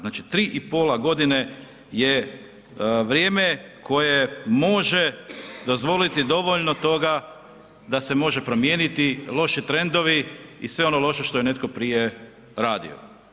Znači 3,5 godine je vrijeme koje može dozvoliti dovoljno toga da se može promijeniti loši trendovi i sve ono loše što je netko prije radio.